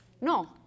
No